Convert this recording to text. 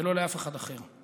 ולא לאף אחד אחר.